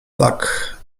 tak